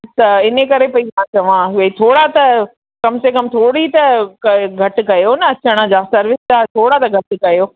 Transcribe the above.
त इनकरे पेई मां चवां भई थोरा त कमु से कमु थोरी त घटि कयो अचण जा सर्विस चार्ज घटि कयो